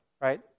right